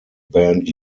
band